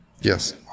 Yes